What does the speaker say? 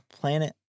planet